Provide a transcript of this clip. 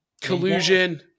Collusion